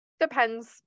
Depends